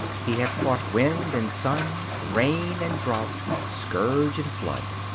he had fought wind and sun, rain and drought, scourge and flood.